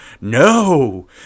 no